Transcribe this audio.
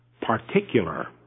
particular